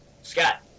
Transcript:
Scott